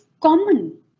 common